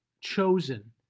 chosen